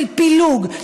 של פילוג,